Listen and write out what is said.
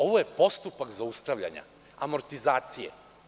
Ovo je postupak zaustavljanja, amortizacije.